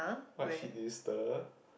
what shit did you stir